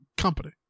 company